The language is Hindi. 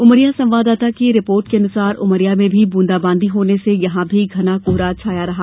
उमरिया संवाददाता की रिपोर्ट को अनुसार उमरिया में भी बूंदाबांदी होने से यहां भी घना कोहरा छाया रहा